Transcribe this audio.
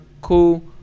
Cool